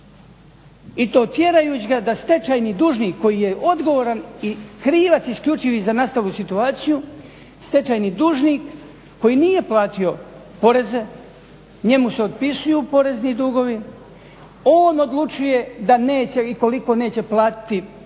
I to tjerajući ga da stečajni dužnik koji je odgovoran i krivac isključivi za nastalu situaciju, stečajni dužnik koji nije platio poreze, njemu se otpisuju porezni dugovi, on odlučuje da neće i koliko neće platiti